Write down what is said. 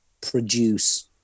produce